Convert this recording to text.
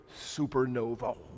supernova